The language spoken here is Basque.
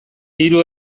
hiru